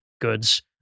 goods